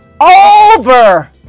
Over